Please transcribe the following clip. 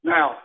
Now